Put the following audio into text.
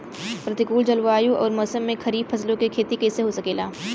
प्रतिकूल जलवायु अउर मौसम में खरीफ फसलों क खेती कइसे हो सकेला?